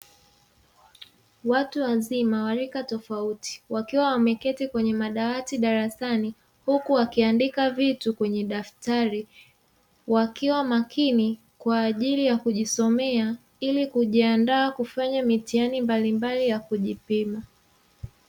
Watu wazima wa rika tofauti wakiwa wameketi kwenye madawati darasani huku wakiandika vitu kwenye daftari, wakiwa makini kwa ajili ya kujisomea ili kujiandaa kufanya mitihani mbalimbali ya kujipima.